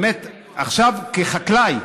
באמת, כחקלאי,